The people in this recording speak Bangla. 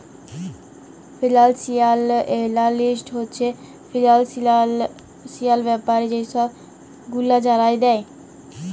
ফিলালশিয়াল এলালিস্ট হছে ফিলালশিয়াল ব্যাপারে যে ছব গুলা জালায় দেই